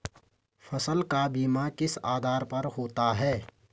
फसल का बीमा किस आधार पर होता है?